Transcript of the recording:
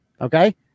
Okay